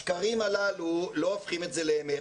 השקרים הללו לא הופכים את זה לאמת.